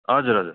हजुर हजुर